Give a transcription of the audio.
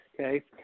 Okay